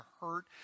hurt